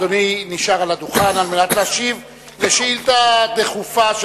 אדוני נשאר על הדוכן על מנת להשיב על שאילתא דחופה של